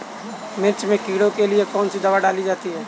मिर्च में कीड़ों के लिए कौनसी दावा डाली जाती है?